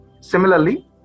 Similarly